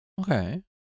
Okay